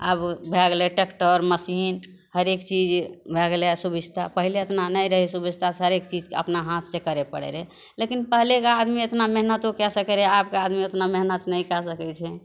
आब भए गेलै टेक्टर मशीन हरेक चीज भए गेलै सुविस्ता पहिले एतना नहि रहै सुविस्ता हरेक चीजके अपना हाथ से करै पड़ै रहै लेकिन पहलेके आदमी एतना मेहनतो कए सकै रहै आबके आदमी ओतना मेहनत नहि कए सकै छै